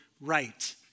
right